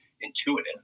intuitive